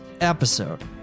episode